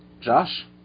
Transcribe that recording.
Josh